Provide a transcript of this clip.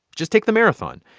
just take the marathon.